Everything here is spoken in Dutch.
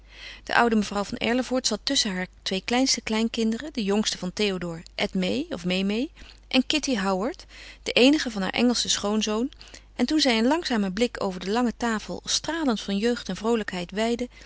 de oude mevrouw van erlevoort zat tusschen hare twee kleinste kleinkinderen de jongste van théodore edmée of memée en kitty howard de eenige van haar engelschen schoonzoon en toen zij een langzamen blik over de lange tafel stralend van jeugd en vroolijkheid weidde